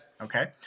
Okay